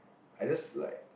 I just like